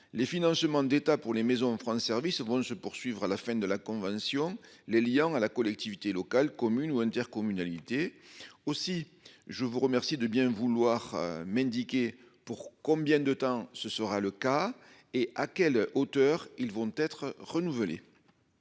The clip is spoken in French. les financements d'État pour les maisons prend service vont se poursuivre à la fin de la convention les liant à la collectivité locale communes ou intercommunalités. Aussi je vous remercie de bien vouloir m'indiquer pour combien de temps ce sera le cas et à quelle hauteur. Ils vont être renouvelé.